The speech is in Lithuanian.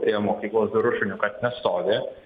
prie mokyklos durų šuniukas nestovi